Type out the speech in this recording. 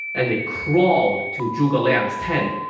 and they crawled to zhuge liang's tent,